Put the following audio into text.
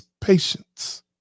patience